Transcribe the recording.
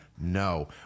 No